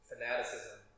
Fanaticism